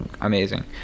Amazing